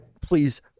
please